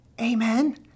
Amen